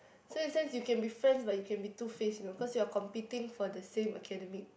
so in sense you can be friends but you can be two face lor cause you are competing for the same academic